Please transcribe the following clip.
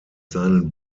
seinen